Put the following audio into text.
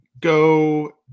go